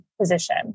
position